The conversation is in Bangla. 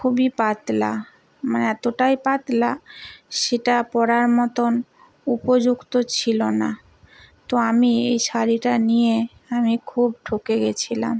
খুবই পাতলা মানে এতটাই পাতলা সেটা পরার মতন উপযুক্ত ছিল না তো আমি এই শাড়িটা নিয়ে আমি খুব ঠকে গিয়েছিলাম